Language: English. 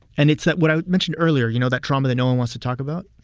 and it's that what i mentioned earlier, you know, that trauma that no one wants to talk about.